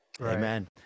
Amen